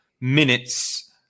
minutes